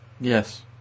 Yes